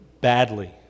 badly